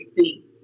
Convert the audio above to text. see